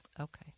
Okay